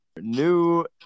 new